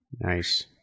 Nice